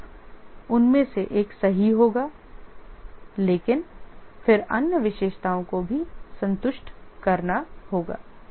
बेशक उनमें से एक सही होगा लेकिन फिर अन्य विशेषताओं को भी संतुष्ट करना होगा